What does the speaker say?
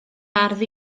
ardd